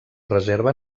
reserva